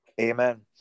Amen